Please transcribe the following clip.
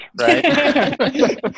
right